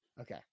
Okay